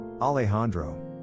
Alejandro